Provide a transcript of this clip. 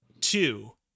two